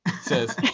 says